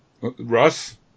Russ